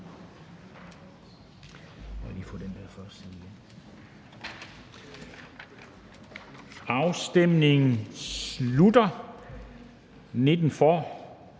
Afstemningen slutter. For